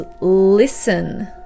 listen